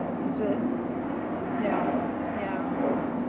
is it ya ya